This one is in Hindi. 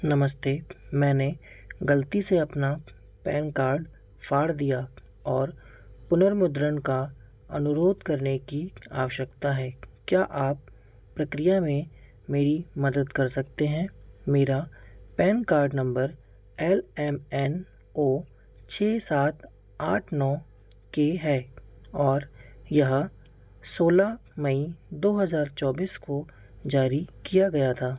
नमस्ते मैंने गलती से अपना पैन कार्ड फाड़ दिया और पुनर्मुद्रण का अनुरोध करने की आवश्यकता है क्या आप प्रक्रिया में मेरी मदद कर सकते हैं मेरा PAN card number L M N O छह सात आठ नौ के है और यह सोलह मई दो हज़ार चौबीस को जारी किया गया था